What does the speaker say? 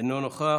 אינו נוכח.